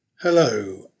Hello